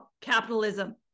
Capitalism